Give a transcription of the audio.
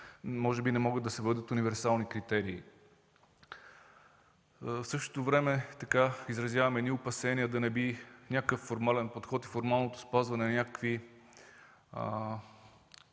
Може би не могат да се въведат универсални критерии. В същото време изразяваме и опасения да не би някакъв формален подход и формалното спазване на някакви